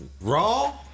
Raw